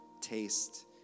taste